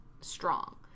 strong